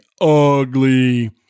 ugly